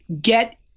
get